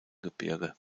gebirge